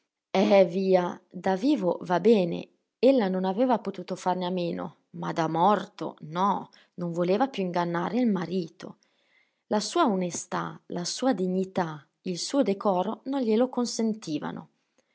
eh via da vivo va bene ella non aveva potuto farne a meno ma da morto no non voleva più ingannare il marito la sua onestà la sua dignità il suo decoro non glielo consentivano